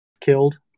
killed